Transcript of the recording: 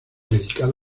dedicado